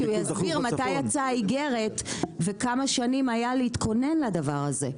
כי הוא יסביר מתי יצאה האיגרת וכמה שנים היו להתכונן לעניין הזה.